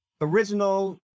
original